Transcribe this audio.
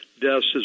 deaths